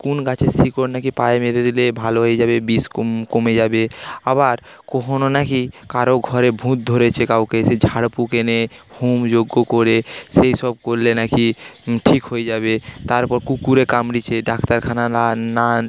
কোন গাছের শিকড় নাকি পায়ে বেঁধে দিলে ভালো হয়ে যাবে বিষ কম কমে যাবে আবার কখনো নাকি কারো ঘরে ভুত ধরেছে কাউকে সে ঝাড়ফুঁক এনে হোম যজ্ঞ করে সেই সব করলে নাকি ঠিক হয়ে যাবে তারপর কুকুরে কামড়েছে ডাক্তারখানা না না